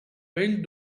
vell